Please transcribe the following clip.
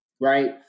right